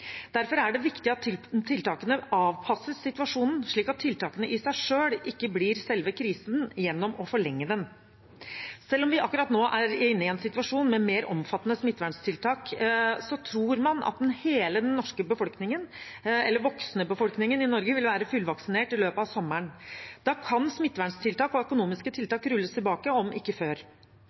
Derfor er det viktig at tiltakene avpasses situasjonen, slik at tiltakene i seg selv ikke blir selve krisen gjennom å forlenge den. Selv om vi akkurat nå er inne i en situasjon med mer omfattende smitteverntiltak, så tror man at hele den voksne befolkningen i Norge vil være fullvaksinert i løpet av sommeren. Da kan smitteverntiltak og økonomiske tiltak rulles tilbake – om ikke før.